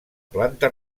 planta